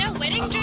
ah wedding?